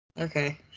Okay